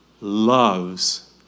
loves